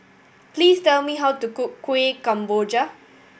please tell me how to cook Kuih Kemboja